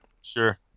sure